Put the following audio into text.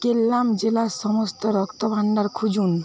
কোল্লাম জেলার সমস্ত রক্তভাণ্ডার খুঁজুন